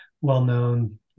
well-known